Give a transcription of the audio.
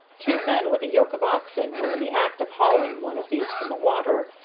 two men with a yoke of oxen were in the act of hauling one of these from the water,